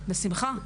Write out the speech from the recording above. בשמחה.